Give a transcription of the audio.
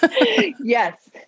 Yes